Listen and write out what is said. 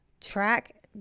track